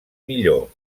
millor